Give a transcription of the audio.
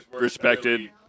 respected